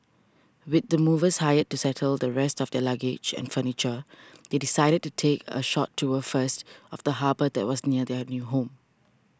with the movers hired to settle the rest of their luggage and furniture they decided to take a short tour first of the harbour that was near their new home